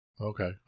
Okay